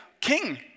king